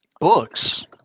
Books